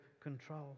control